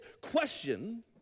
question